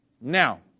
Now